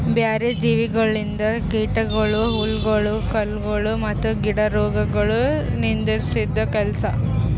ಬ್ಯಾರೆ ಜೀವಿಗೊಳಿಂದ್ ಕೀಟಗೊಳ್, ಹುಳಗೊಳ್, ಕಳೆಗೊಳ್ ಮತ್ತ್ ಗಿಡ ರೋಗಗೊಳ್ ನಿಂದುರ್ಸದ್ ಕೆಲಸ